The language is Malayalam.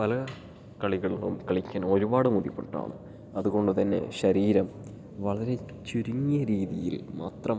പല കളികൾക്കും കളിക്കാൻ ഒരുപാട് ബുദ്ധിമുട്ടുണ്ടാകും അതുകൊണ്ടു തന്നെ ശരീരം വളരെ ചുരുങ്ങിയ രീതിയിൽ മാത്രം